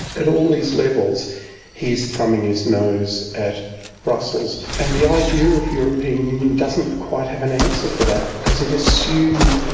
at all these levels he's thumbing his nose at brussels. and the idea of european union doesn't quite have an answer for that because it assumed,